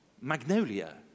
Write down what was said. magnolia